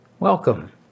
Welcome